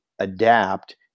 adapt